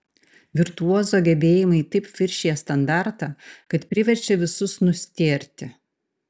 virtuozo gebėjimai taip viršija standartą kad priverčia visus nustėrti